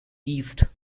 east